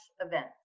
event